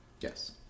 Yes